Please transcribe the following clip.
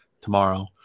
tomorrow